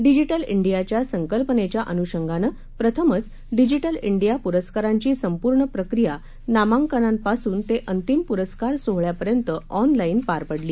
digi डियाच्या संकल्पनेच्या अनुषगानं प्रथमच डिजि डिया पुरस्कारांची संपूर्ण प्रक्रिया नामांकनांपासून ते अंतिम पुरस्कार सोहळ्यापर्यंत ऑनलाईन पार पडली